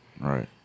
Right